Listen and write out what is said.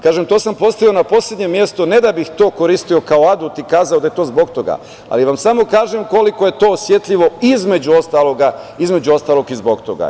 Kažem, to sam postavio na poslednje mesto, ne da bih to koristio kao adut i kazao da je to zbog toga, ali vam samo kažem koliko je to osetljivo, između ostalog i zbog toga.